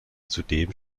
zudem